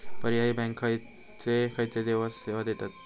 पर्यायी बँका खयचे खयचे सेवा देतत?